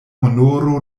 honoro